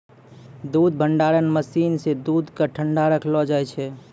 दूध भंडारण मसीन सें दूध क ठंडा रखलो जाय छै